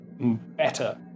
better